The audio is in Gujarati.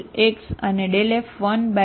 તેથી F1∂x અને F1∂y થશે બરાબર